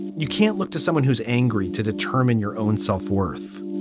you can't look to someone who's angry to determine your own self-worth.